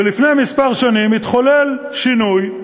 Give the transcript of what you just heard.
ולפני כמה שנים התחולל שינוי,